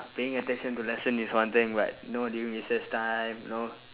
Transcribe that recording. paying attention to lesson is one thing but know during recess time you know